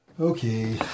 Okay